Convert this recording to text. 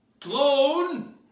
Clone